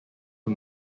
who